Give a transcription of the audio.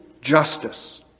justice